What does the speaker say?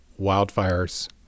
wildfires